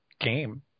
game